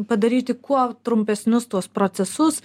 padaryti kuo trumpesnius tuos procesus